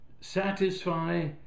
Satisfy